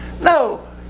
No